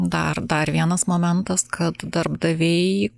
dar dar vienas momentas kad darbdaviai